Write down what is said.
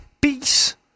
peace